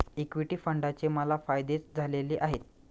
equity फंडाचे मला फायदेच झालेले आहेत